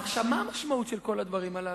עכשיו, מה המשמעות של כל הדברים הללו?